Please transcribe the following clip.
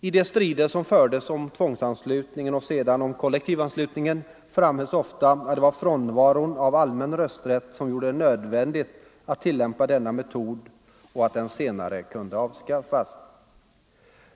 I de strider som fördes om tvångsanslutningen och sedan om kollektivanslutningen framhölls ofta att det var frånvaron av allmän rösträtt som gjorde det nödvändigt att tillämpa denna metod och att den senare kunde avskaffas.